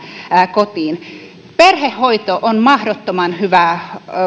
kotiin perhehoito on mahdottoman hyvä